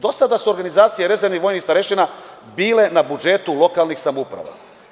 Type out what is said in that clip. Do sada su organizacije rezervnih vojnih starešina bile na budžetu lokalnih samouprava.